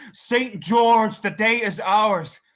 saint george, the day is ours!